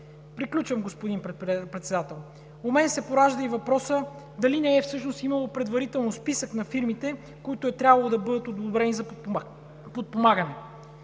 Приключвам, господин Председател. У мен се поражда и въпросът дали не е всъщност имало предварително списък на фирмите, които е трябвало да бъдат одобрени за подпомагане?